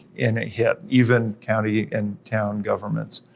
in a hit, even county and town governments.